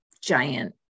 giant